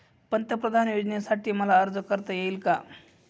पंतप्रधान योजनेसाठी मला अर्ज करता येईल का?